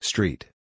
Street